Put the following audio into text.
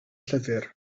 llyfr